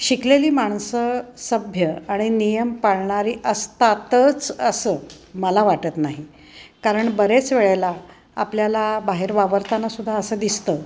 शिकलेली माणसं सभ्य आणि नियम पाळणारी असतातच असं मला वाटत नाही कारण बरेच वेळेला आपल्याला बाहेर वावरताना सुद्धा असं दिसतं